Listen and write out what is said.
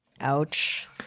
Ouch